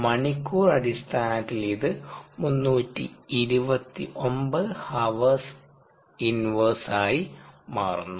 മണിക്കൂർ അടിസ്ഥാനത്തിൽ ഇത് 329h 1 ആയി മാറുന്നു